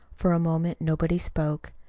for a moment nobody spoke.